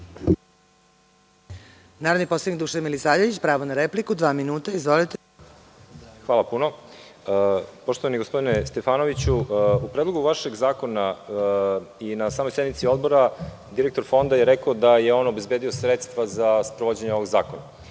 narodni poslanik Dušan Milisavljević, pravo na repliku – dva minuta. Izvolite. **Dušan Milisavljević** Hvala puno. Poštovani gospodine Stefanoviću, u predlogu vašeg zakona i na samoj sednici Odbora direktor Fonda je rekao da je on obezbedio sredstva za sprovođenje ovog zakona. Opet